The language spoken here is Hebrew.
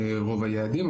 רוב היעדים,